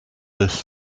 this